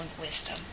wisdom